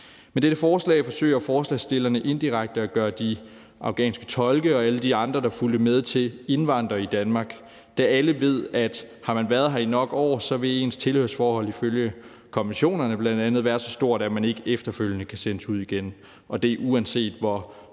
Med dette forslag forsøger forslagsstillerne indirekte at gøre de afghanske tolke og alle de andre, der fulgte med, til indvandrere i Danmark, da alle ved, at har man været her i nok år, vil ens tilhørsforhold ifølge bl.a. konventionerne være så stort, at man ikke efterfølgende kan sendes ud igen, og det er uanset, hvor